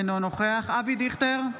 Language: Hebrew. אינו נוכח אבי דיכטר,